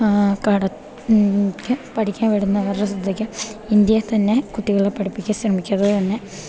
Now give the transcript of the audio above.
കട പഠിക്കാൻ വിട്ന്നവർടെ ശ്രദ്ധക്ക് ഇന്ത്യയ്ത്തന്നെ കുട്ടികളെ പഠിപ്പിക്കാൻ ശ്രമിക്ക്യാ അതുപോലെന്നെ